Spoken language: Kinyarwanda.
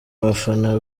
abafana